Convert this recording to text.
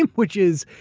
which is,